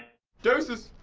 deuces,